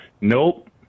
Nope